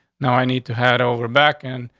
now i need to had over back in.